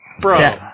bro